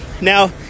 Now